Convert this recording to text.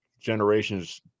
generations